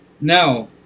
Now